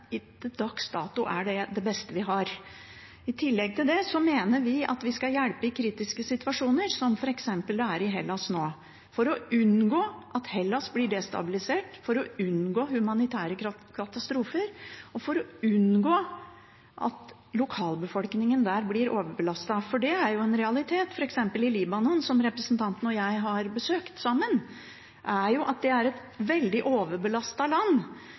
det vi beste vi har. I tillegg til det mener vi at vi skal hjelpe i kritiske situasjoner, som det f.eks. er i Hellas nå, for å unngå at Hellas blir destabilisert, for å unngå humanitære katastrofer og for å unngå at lokalbefolkningen der blir overbelastet. Det er en realitet at f.eks. Libanon, som representanten og jeg har besøkt sammen, er et veldig overbelastet land, et bitte lite land.